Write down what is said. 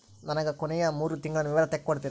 ನನಗ ಕೊನೆಯ ಮೂರು ತಿಂಗಳಿನ ವಿವರ ತಕ್ಕೊಡ್ತೇರಾ?